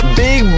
big